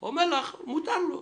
הוא אומר לך מותר לו,